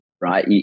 Right